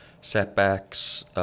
setbacks